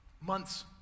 months